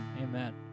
amen